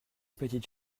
petites